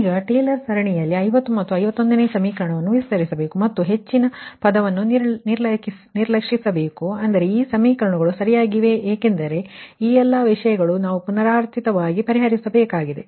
ಆದ್ದರಿಂದ ನೀವು ಈಗ ಟೇಲರ್ ಸರಣಿಯಲ್ಲಿ 50 ಮತ್ತು 51 ಸಮೀಕರಣವನ್ನು ವಿಸ್ತರಿಸಬೇಕು ಮತ್ತು ಹೆಚ್ಚಿನ ಪದವನ್ನು ನಿರ್ಲಕ್ಷಿಸಬೇಕು ಅಂದರೆ ಈ ಸಮೀಕರಣಗಳು ಸರಿಯಾಗಿವೆ ಏಕೆಂದರೆ ಈ ಎಲ್ಲಾ ವಿಷಯಗಳು ನಾವು ಪುನರಾವರ್ತಿತವಾಗಿ ಪರಿಹರಿಸಬೇಕಾಗಿದೆ